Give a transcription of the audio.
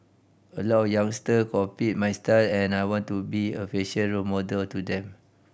a lot youngster copy my style and I want to be a fashion role model to them